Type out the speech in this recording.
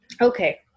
okay